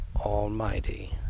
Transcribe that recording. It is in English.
Almighty